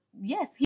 Yes